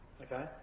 Okay